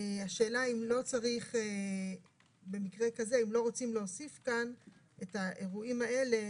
השאלה אם במקרה כזה לא רוצים להוסיף כאן את האירועים האלה